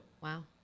Wow